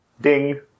Ding